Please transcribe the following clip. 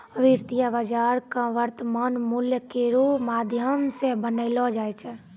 वित्तीय बाजार क वर्तमान मूल्य केरो माध्यम सें बनैलो जाय छै